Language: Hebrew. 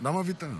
למה ויתרת?